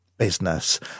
Business